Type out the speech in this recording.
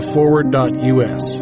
Forward.us